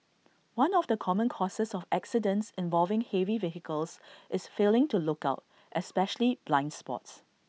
one of the common causes of accidents involving heavy vehicles is failing to look out especially blind spots